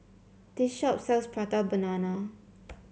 this shop sells Prata Banana